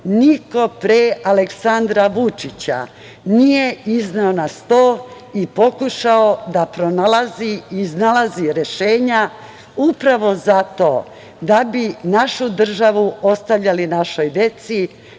niko pre Aleksandra Vučića nije izneo na sto i pokušao da pronalazi i iznalazi rešenja upravo zato da bi našu državu ostavljali našoj deci,